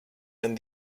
and